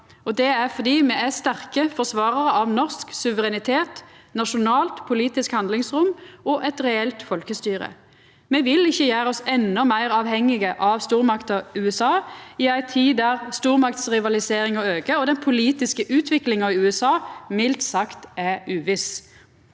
Det er fordi me er sterke forsvararar av norsk suverenitet, nasjonalt politisk handlingsrom og eit reelt folkestyre. Me vil ikkje gjera oss endå meir avhengige av stormakta USA i ei tid der stormaktsrivaliseringa aukar og den politiske utviklinga i USA mildt sagt er uviss.